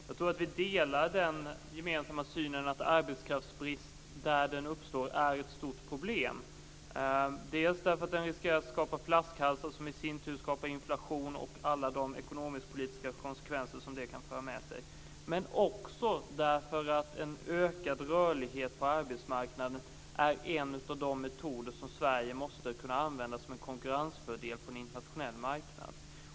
Jag tror att vi delar synen att arbetskraftsbrist där den uppstår är ett stort problem dels därför att den riskerar att skapa flaskhalsar som i sin tur skapar inflation, vilket kan föra med sig många ekonomisk-politiska konsekvenser, dels därför att en ökad rörlighet på arbetsmarknaden är en av de metoder som Sverige måste kunna använda som en konkurrensfördel på en internationell marknad.